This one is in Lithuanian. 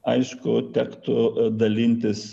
aišku tektų dalintis